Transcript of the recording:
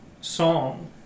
song